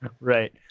Right